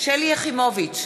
שלי יחימוביץ,